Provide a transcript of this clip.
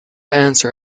answer